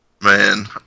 Man